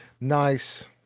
nice